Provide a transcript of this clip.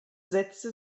setzte